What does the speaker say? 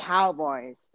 Cowboys